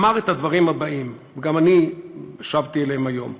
אמר את הדברים הבאים, וגם אני הקשבתי אליהם היום: